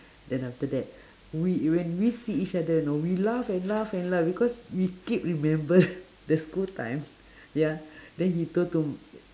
then after that we when we see each other know we laugh and laugh and laugh because we keep remember the school time ya then he told to